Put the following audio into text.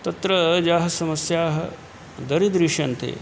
तत्र याः समस्याः दरीदृश्यन्ते